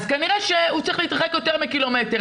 אז כנראה שהוא צריך להתרחק יותר מקילומטר,